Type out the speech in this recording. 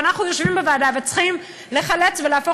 ואנחנו יושבים בוועדה וצריכים לחלץ ולהפוך